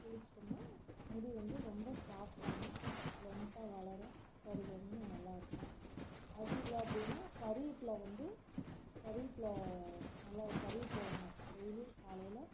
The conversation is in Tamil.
குளிச்சிட்டோம்னால் முடி வந்து ரொம்ப சாஃப்ட்டாகிடும் லென்த்தாக வளரும் கருகருன்னு நல்லா இருக்கும் அதுவும் இல்லை அப்படின்னா கருவேப்பில்லை வந்து கருவேப்பில்லை நல்லா கருவேப்பில்லையை டெய்லியும் காலையில்